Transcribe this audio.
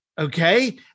Okay